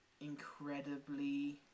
incredibly